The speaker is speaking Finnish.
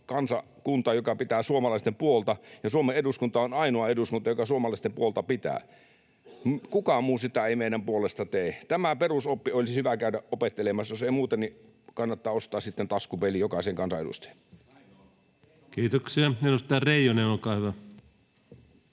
joka pitää suomalaisten puolta, ja Suomen eduskunta on ainoa eduskunta, joka suomalaisten puolta pitää. Kukaan muu sitä ei meidän puolestamme tee. Tämä perusoppi olisi hyvä käydä opettelemassa. Jos ei muuten, niin kannattaa ostaa sitten taskupeili jokaisen kansanedustajan. Kiitoksia. — Edustaja Reijonen, olkaa hyvä.